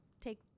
take